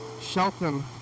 Shelton